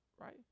right